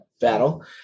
battle